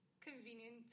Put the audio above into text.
convenient